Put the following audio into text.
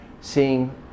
seeing